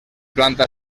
planta